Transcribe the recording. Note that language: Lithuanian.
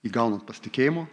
įgaunant pasitikėjimo